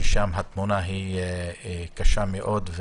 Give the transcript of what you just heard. שם התמונה קשה מאוד,